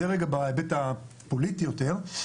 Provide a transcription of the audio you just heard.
זה בהיבט הפוליטי יותר.